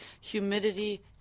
humidity